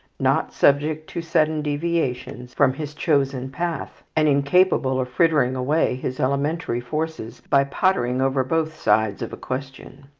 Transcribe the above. not subject to sudden deviations from his chosen path, and incapable of frittering away his elementary forces by pottering over both sides of a question.